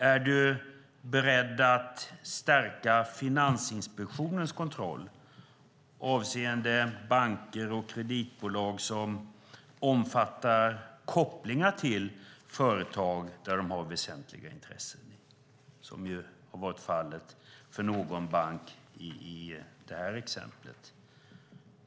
Är du beredd att stärka Finansinspektionens kontroll avseende banker och kreditbolag som omfattar kopplingar till företag som de har väsentliga intressen i? Det har ju varit fallet när det gäller någon bank i det här exemplet.